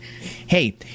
Hey